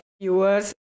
viewers